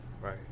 Right